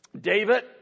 David